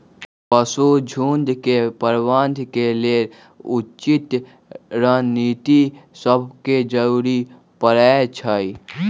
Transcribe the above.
पशु झुण्ड के प्रबंधन के लेल उचित रणनीति सभके जरूरी परै छइ